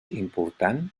important